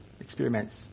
experiments